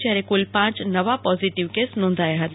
જયારે કુલ પ નવા પોઝીટીવ કેસ નોંધાયા હતા